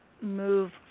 move